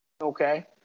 okay